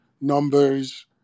numbers